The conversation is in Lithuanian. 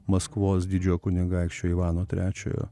maskvos didžiojo kunigaikščio ivano trečiojo